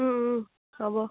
হ'ব